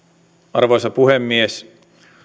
arvoisa puhemies